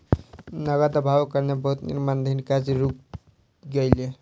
नकद अभावक कारणें बहुत निर्माणाधीन काज रुइक गेलै